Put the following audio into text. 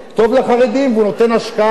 והוא נותן השקעה לטווח הארוך,